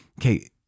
okay